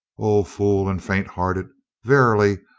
o fool and faint-hearted! verily,